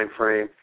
timeframe